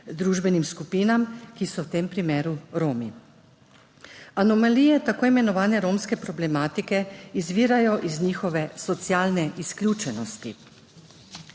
družbenim skupinam, ki so v tem primeru Romi. Anomalije tako imenovane romske problematike izvirajo iz njihove socialne izključenosti,